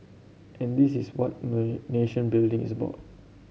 and this is what nation building is about